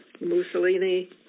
Mussolini